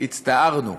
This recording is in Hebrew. הצטערנו.